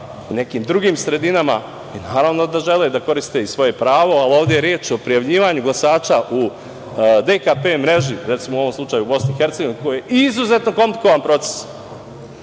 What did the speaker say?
nekim drugim sredinama i naravno da žele da koriste i svoje pravo, ali ovde je reč o prijavljivanju glasača u DKP mreži, recimo, u ovom slučaju u Bosni i Hercegovini, koji je izuzetno komplikovan proces.